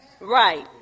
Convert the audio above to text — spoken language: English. Right